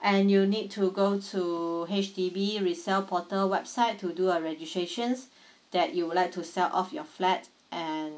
and you need to go to H_D_B resell portal website to do a registrations that you would like to sell off your flat and